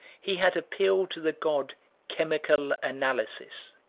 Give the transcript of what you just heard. he had appealed to the god chemical analysis.